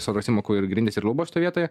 sodros įmokų ir grindys ir lubos toj vietoje